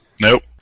Nope